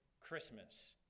christmas